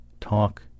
talk